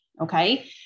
okay